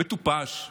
מטופש,